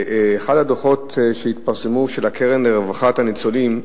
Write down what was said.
אחד הדוחות שהתפרסמו, של הקרן לרווחת הניצולים,